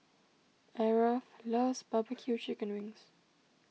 Aarav loves Barbecue Chicken Wings